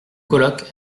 colloque